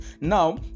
now